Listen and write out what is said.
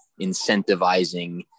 incentivizing